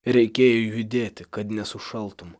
reikėjo judėti kad nesušaltum